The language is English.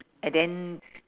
and then